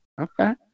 Okay